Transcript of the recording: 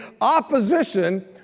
opposition